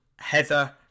Heather